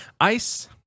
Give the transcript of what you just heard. Ice